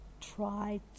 try